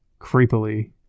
creepily